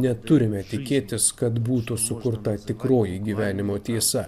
neturime tikėtis kad būtų sukurta tikroji gyvenimo tiesa